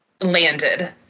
landed